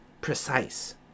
precise